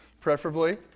preferably